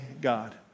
God